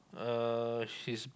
uh